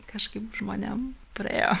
kažkaip žmonėm praėjo